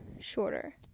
shorter